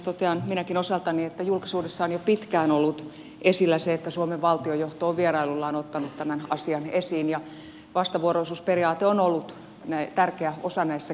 totean minäkin osaltani että julkisuudessa on jo pitkään ollut esillä se että suomen valtiojohto on vierailuillaan ottanut tämän asian esiin ja vastavuoroisuusperiaate on ollut tärkeä osa näissä keskusteluissa